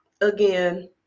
again